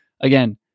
again